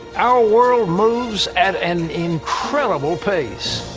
our world moves at an incredible pace,